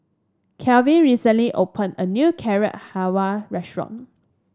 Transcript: Kevin recently opened a new Carrot Halwa Restaurant